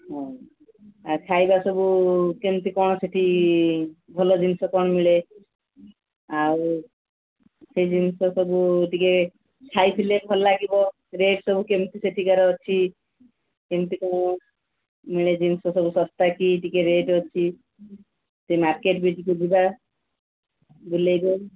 ହଁ ଖାଇବା ସବୁ କେମିତି କ'ଣ ସେଠି ଭଲ ଜିନିଷ କ'ଣ ମିଳେ ଆଉ ସେ ଜିନିଷ ସବୁ ଟିକେ ଖାଇଥିଲେ ଭଲ ଲାଗିବ ରେଟ୍ ସବୁ କେମିତି ସେଠିକାର ଅଛି କେମିତି କ'ଣ ମିଳେ ଜିନିଷ ସବୁ ଶସ୍ତା କି ଟିକେ ରେଟ୍ ଅଛି ସେ ମାର୍କେଟ୍ ବି ଟିକେ ଯିବା ବୁଲେଇବେ